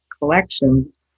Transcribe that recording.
collections